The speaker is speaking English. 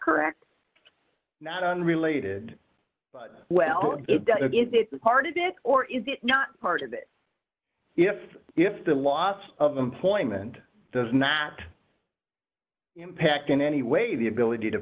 correct not unrelated but well it is part of it or is it not part of it if if the loss of employment does not impact in any way the ability to